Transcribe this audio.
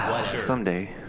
Someday